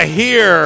hear